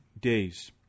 days